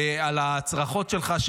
על הצרחות שלך.